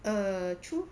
err true